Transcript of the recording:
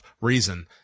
reason